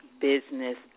business